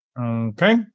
okay